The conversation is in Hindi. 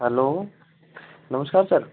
हलो नमस्कार सर